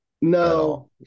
No